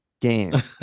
game